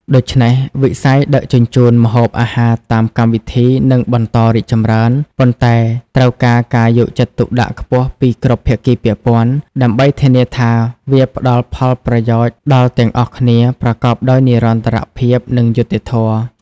ដូច្នេះ វិស័យដឹកជញ្ជូនម្ហូបអាហារតាមកម្មវិធីនឹងបន្តរីកចម្រើន ប៉ុន្តែត្រូវការការយកចិត្តទុកដាក់ខ្ពស់ពីគ្រប់ភាគីពាក់ព័ន្ធដើម្បីធានាថាវាផ្តល់នូវផលប្រយោជន៍ដល់ទាំងអស់គ្នាប្រកបដោយនិរន្តរភាព និងយុត្តិធម៌។